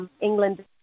England